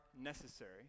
necessary